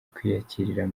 kwiyakirira